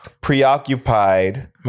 preoccupied